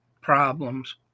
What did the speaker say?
problems